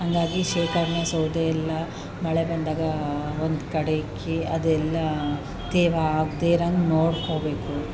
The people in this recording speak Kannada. ಹಂಗಾಗಿ ಶೇಖರಣೆ ಸೌದೆಯೆಲ್ಲ ಮಳೆ ಬಂದಾಗ ಒಂದು ಕಡೆ ಕೇ ಅದೆಲ್ಲ ತೇವ ಆಗ್ದೇಯಿರೋಂಗೆ ನೋಡ್ಕೊಳ್ಬೇಕು